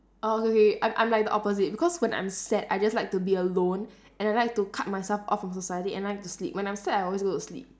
uh okay okay I'm I'm like the opposite because when I'm sad I just like to be alone and I like to cut myself off from society and like to sleep when I'm sad I always go to sleep